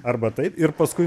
arba taip ir paskui